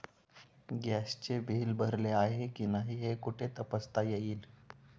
गॅसचे बिल भरले आहे की नाही हे कुठे तपासता येईल?